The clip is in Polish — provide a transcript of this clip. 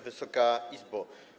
Wysoka Izbo!